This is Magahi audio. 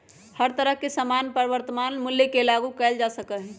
हर तरह के सामान पर वर्तमान मूल्य के लागू कइल जा सका हई